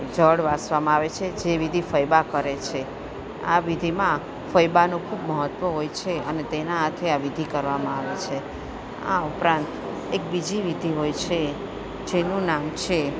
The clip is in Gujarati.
જળ વાસવામાં આવે છે જે વિધિ ફઈબા કરે છે આ વિધિમાં ફઈબાનું ખૂબ મહત્ત્વ હોય છે અને તેના હાથે આ વિધિ કરવામાં આવે છે આ ઉપરાંત એક બીજી વિધિ હોય છે જેનું નામ છે